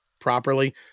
properly